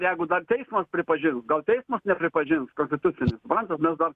jeigu dar teismas pripažins gal teismas nepripažins konstitucinis suprantat mes dar